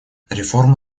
реформа